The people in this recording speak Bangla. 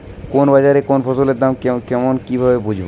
কোন বাজারে কোন ফসলের দাম কেমন কি ভাবে বুঝব?